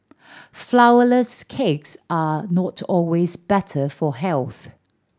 flourless cakes are not always better for health